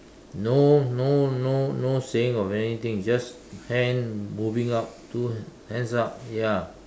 no no no no saying of anything it is just hand moving up two hands up ya